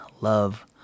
love